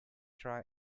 try